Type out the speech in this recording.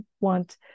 want